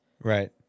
Right